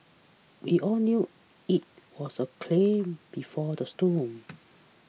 we all knew it was the clam before the storm